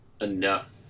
enough